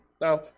Now